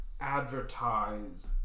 advertise